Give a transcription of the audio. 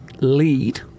lead